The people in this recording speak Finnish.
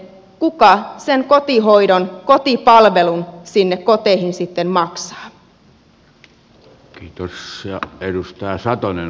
kuka sen kotihoidon kotipalvelun sinne koteihin sitten maksaa